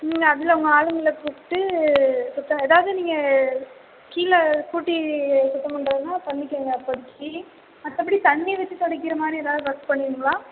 நீங்கள் அதில் உங்கள் ஆளுங்களை கூப்பிட்டு சுத்தம் எதாவது நீங்கள் கீழ கூட்டி சுத்தம்பண்ணுறதுனா பண்ணிக்கங்க அப்போதைக்கு மற்றப்படி தண்ணி வச்சு தொடைக்கிற மாதிரி எதாவது ஒர்க் பண்ணுவிங்களா